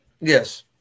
Yes